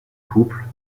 couples